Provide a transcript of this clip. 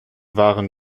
waren